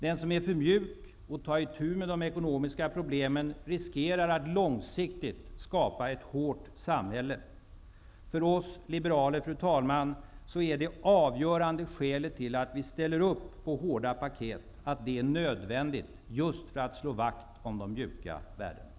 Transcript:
Den som är för mjuk för att ta itu med de ekonomiska problemen riskerar att långsiktigt skapa ett hårt samhälle. För oss liberaler, fru talman, är det avgörande skälet till att vi ställer upp på hårda paket att det är nödvändigt just för att slå vakt om de mjuka värdena.